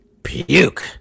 Puke